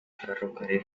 ferrocarril